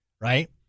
right